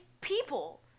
people